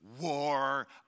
war